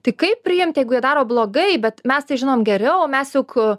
tai kaip priimti jeigu jie daro blogai bet mes tai žinom geriau mes juk